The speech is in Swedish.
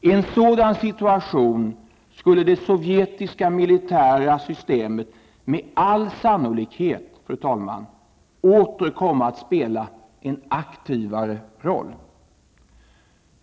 I en sådan situation skulle det sovjetiska militära systemet med all sannolikhet åter komma att spela en aktivare roll.